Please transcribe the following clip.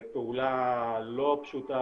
פעולה לא פשוטה,